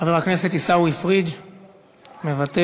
חבר הכנסת עיסאווי פריג' מוותר,